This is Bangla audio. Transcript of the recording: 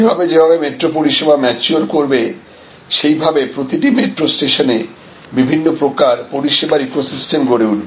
যেভাবে যেভাবে মেট্রো সেবা ম্যাচিওর করবে সেই ভাবে প্রতিটা মেট্রো স্টেশনে বিভিন্ন প্রকার পরিষেবার ইকোসিস্টেম গড়ে উঠবে